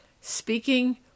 speaking